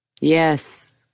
Yes